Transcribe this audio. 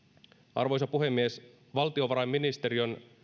arvoisa puhemies valtiovarainministeriön